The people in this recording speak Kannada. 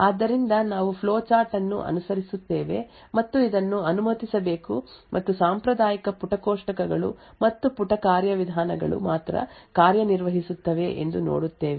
ಆದ್ದರಿಂದ ನಾವು ಫ್ಲೋಚಾರ್ಟ್ ಅನ್ನು ಅನುಸರಿಸುತ್ತೇವೆ ಮತ್ತು ಇದನ್ನು ಅನುಮತಿಸಬೇಕು ಮತ್ತು ಸಾಂಪ್ರದಾಯಿಕ ಪುಟ ಕೋಷ್ಟಕಗಳು ಮತ್ತು ಪುಟ ಕಾರ್ಯವಿಧಾನಗಳು ಮಾತ್ರ ಕಾರ್ಯನಿರ್ವಹಿಸುತ್ತವೆ ಎಂದು ನೋಡುತ್ತೇವೆ